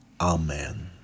Amen